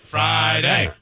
Friday